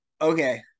Okay